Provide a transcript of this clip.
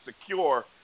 secure